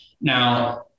Now